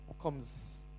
comes